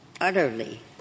utterly